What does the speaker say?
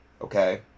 okay